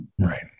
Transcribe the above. right